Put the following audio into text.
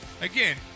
again